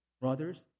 brothers